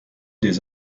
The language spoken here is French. des